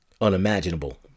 unimaginable